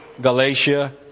Galatia